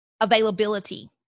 availability